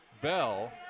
Bell